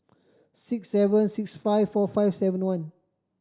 six seven six five four five seven one